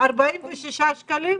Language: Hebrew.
היא 46 שקלים.